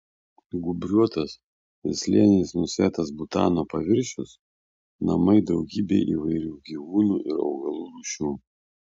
gūbriuotas ir slėniais nusėtas butano paviršius namai daugybei įvairių gyvūnų ir augalų rūšių